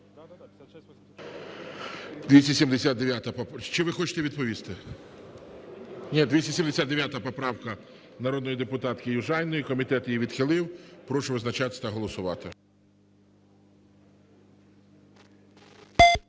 279 поправка народної депутатки Южаніної. Комітет її відхилив. Прошу визначатися і голосувати.